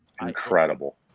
incredible